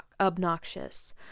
obnoxious